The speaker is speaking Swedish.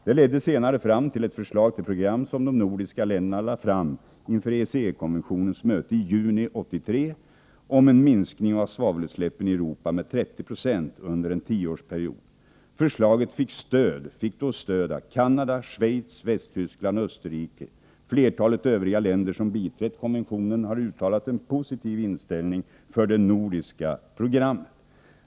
Det ledde senare fram till ett förslag till ett program som de nordiska länderna lade fram inför ECE-konventionens möte i juni 1983 om en minskning av svavelutsläppen i Europa med 30 20 under en tioårsperiod. Förslaget fick då stöd av Canada, Schweiz, Västtyskland och Österrike. Flertalet övriga länder som biträtt konventionen har uttalat en positiv inställning till det nordiska programmet.